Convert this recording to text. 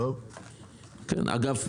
אגב,